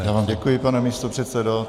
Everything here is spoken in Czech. Já vám děkuji, pane místopředsedo.